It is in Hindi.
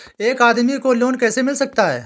एक आदमी को लोन कैसे मिल सकता है?